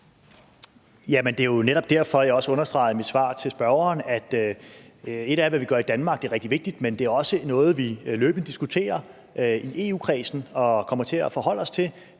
det er jo netop derfor, jeg i mit svar til spørgeren også understreger, at det er rigtig vigtigt, hvad vi gør i Danmark, men det er også noget, vi løbende diskuterer i EU-kredsen og kommer til at forholde os til.